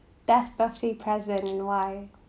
best birthday present in why